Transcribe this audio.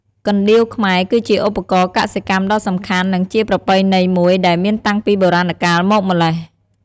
កណ្ដៀវខ្មែរ គឺជាឧបករណ៍កសិកម្មដ៏សំខាន់ និងជាប្រពៃណីមួយ ដែលមានតាំងពីបុរាណកាលមកម្ល៉េះ។